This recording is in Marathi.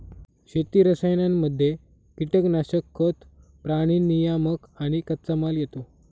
शेती रसायनांमध्ये कीटनाशक, खतं, प्राणी नियामक आणि कच्चामाल येतो